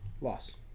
Loss